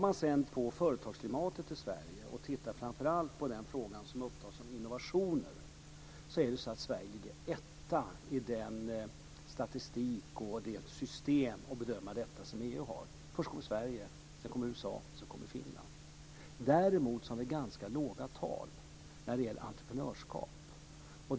I fråga om företagsklimatet och innovationer ligger Sverige etta i den statistik och det system för att bedöma detta som EU har. Först kommer Sverige, sedan kommer USA och sedan kommer Finland. Däremot har vi ganska låga tal när det gäller entreprenörskap.